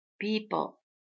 people